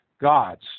gods